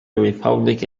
republic